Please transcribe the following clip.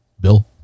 bill